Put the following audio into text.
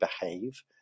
behave